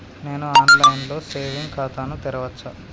నేను online లో saving ఖాతా ను తెరవచ్చా?